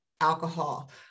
alcohol